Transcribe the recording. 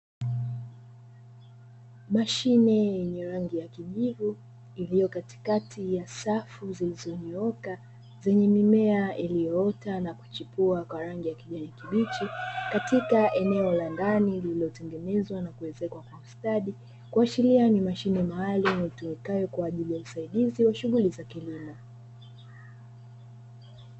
Mashine yenye rangi ya kijivu iliyo katikati ya safu zilizonyooka zenye mimea iliyoota na kuchipua kwa rangi ya kijani kibichi katika eneo la ndani lililotengenezwa na kuezekwa kwa ustadi, kuashiria ni mashine maalumu itumikayo kwaajili ya usaidizi wa shughuli za kilimo.